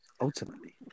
ultimately